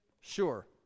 sure